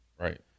right